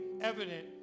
evident